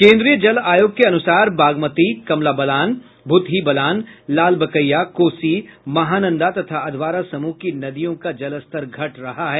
केन्द्रीय जल आयोग के अनुसार बागमती कमलाबालान भूतही बलान लालबकिया कोसी महानंदा तथा अधवारा समूह की नदियों का जलस्तर घट रहा है